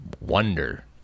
wonder